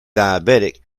diabetic